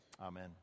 Amen